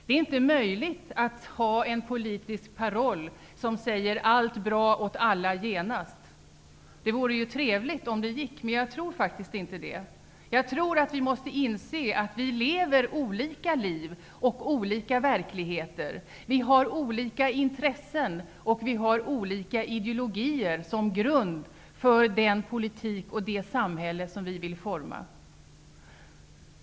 Det är inte möjligt att ha en politisk paroll som säger: Allt bra åt alla genast. Det vore trevligt om det gick, men jag tror faktiskt inte att det går. Jag tror att vi måste inse att vi lever olika liv i olika verkligheter. Vi har olika intressen och olika ideologier som grund för den politik och det samhälle som vi vill forma.